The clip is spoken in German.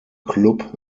club